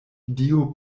dio